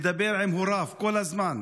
מדבר עם הוריו כל הזמן.